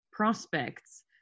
prospects